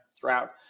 throughout